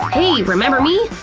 hey! remember me?